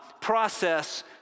process